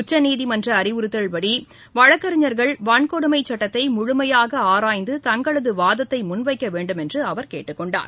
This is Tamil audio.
உச்சநீதிமன்றம் அறிவுறுத்தியுள்ளபடி வழக்கறிஞர்கள் வன்கொடுமைசுட்டத்தைமுழுமையாகஆராய்ந்து தங்களதுவாதத்தைமுன்வைக்கவேண்டும் என்றுஅவர் கேட்டுக்கொண்டார்